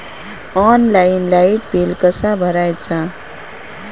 Online light bill कसा भरायचा?